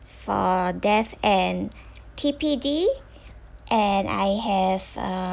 for death and T_P_D and I have uh